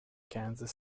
kansas